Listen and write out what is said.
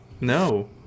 No